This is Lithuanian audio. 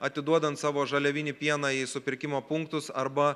atiduodant savo žaliavinį pieną į supirkimo punktus arba